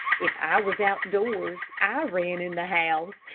if i was outdoors i ran in the house,